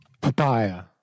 Papaya